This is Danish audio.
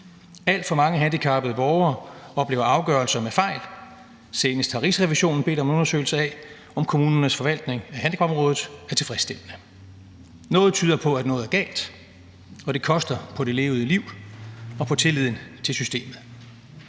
Alt for mange handicappede borgere oplever afgørelser med fejl, senest har Rigsrevisionen bedt om en undersøgelse af, om kommunernes forvaltning af handicapområdet er tilfredsstillende. Noget tyder på, at noget er galt, og det koster på det levede liv og på tilliden til systemet.